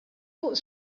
fuq